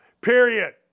period